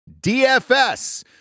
DFS